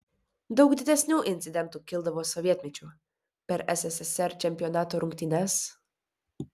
daug didesnių incidentų kildavo sovietmečiu per sssr čempionato rungtynes